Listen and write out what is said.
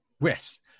Yes